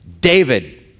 David